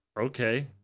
okay